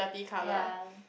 ya